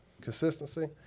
consistency